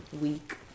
week